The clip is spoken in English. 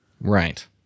right